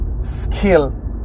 skill